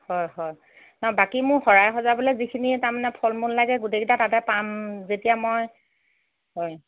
হয় হয় নহয় বাকী মোক শৰাই সজাবলৈ যিখিনি তাৰমানে ফল মূল লাগে গোটেইকেইটা তাতে পাম যেতিয়া মই হয়